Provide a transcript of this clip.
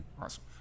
awesome